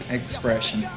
expression